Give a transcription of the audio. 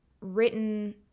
written